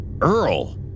Earl